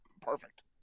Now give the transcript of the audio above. perfect